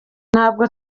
ntabwo